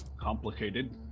complicated